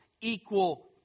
equal